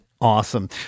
Awesome